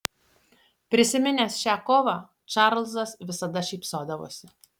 prisiminęs šią kovą čarlzas visada šypsodavosi